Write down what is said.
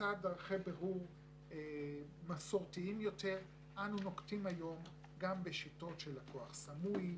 לצד דרכי בירור מסורתיים יותר אנו נוקטים היום גם בשיטות של לקוח סמוי,